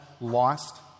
Lost